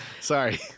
Sorry